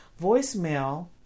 voicemail